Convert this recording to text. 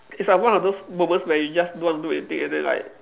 it's like one of those moments where you just don't want to do anything and then like